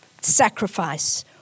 sacrifice